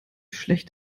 schlecht